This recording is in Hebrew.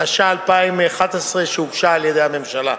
התשע"א 2011, שהוגשה על-ידי הממשלה.